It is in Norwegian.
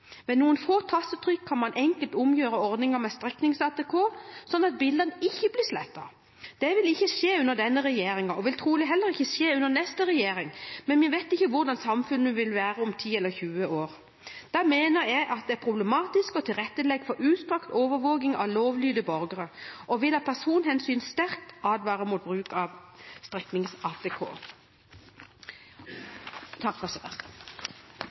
ved overvåking, er vi nødt til å se det i en større sammenheng. Med noen få tastetrykk kan man enkelt omgjøre ordningen med streknings-ATK sånn at bildene ikke blir slettet. Det vil ikke skje under denne regjeringen, og det vil trolig heller ikke skje under neste regjering, men vi vet ikke hvordan samfunnet vil være om 10 eller 20 år. Da mener jeg at det vil være problematisk å tilrettelegge for utstrakt overvåking av lovlydige borgere, og vil av personvernhensyn sterkt advare